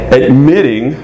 admitting